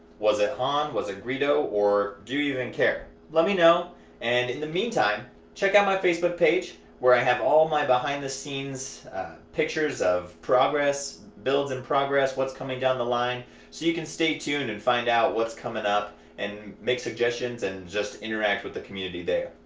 was it han was it greedo? or do you even care? let me know and in the mean time check out my facebook page where i have all my behind the scenes pictures of progress, builds in progress, whats coming down the line so you can stay tuned and find out what's coming up and make suggestions and just interact with the community there.